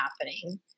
happening